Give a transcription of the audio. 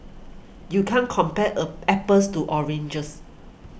you can't compare a apples to oranges